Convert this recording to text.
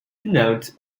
announced